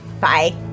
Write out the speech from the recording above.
Bye